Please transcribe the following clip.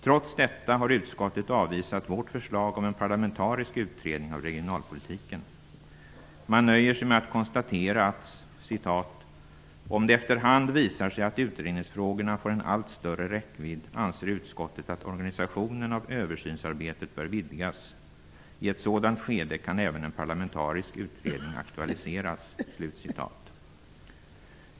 Trots detta har utskottet avvisat vårt förslag om en parlamentarisk utredning av regionalpolitiken. Man nöjer sig med att konstatera att "Om det efter hand visar sig att utredningsfrågorna får en allt större räckvidd anser utskottet att organisationen av översynsarbetet bör vidgas. I ett sådant skede kan även en parlamentarisk utredning aktualiseras."